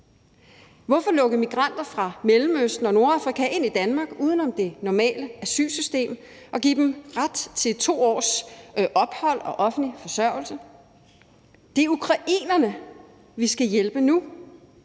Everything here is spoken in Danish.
Hvorfor lukke migranter fra Mellemøsten og Nordafrika ind i Danmark uden om det normale asylsystem og give dem ret til 2 års ophold og offentlig forsørgelse? Det er ukrainerne, vi skal hjælpe nu.